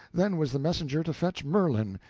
then was the messenger to fetch merlin,